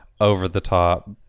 over-the-top